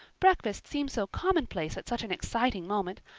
breakfast seems so commonplace at such an exciting moment.